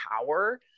power